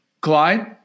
Clyde